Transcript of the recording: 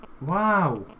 Wow